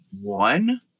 one